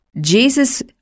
Jesus